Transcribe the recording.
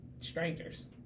strangers